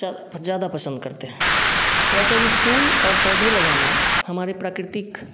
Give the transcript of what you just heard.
जा ज्यादा पसंद करते हैं वैसे भी फूल और पौधे लगाना हमारी प्राकृतिक